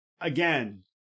Again